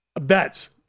bets